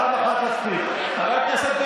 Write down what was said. בבקשה, חבר הכנסת קיש יגיב לדברי